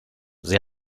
sie